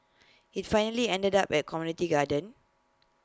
IT finally ended up at community garden